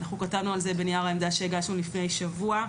אנחנו כתבנו על זה בנייר העמדה שהגשנו לפני שבוע.